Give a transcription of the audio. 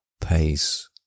pace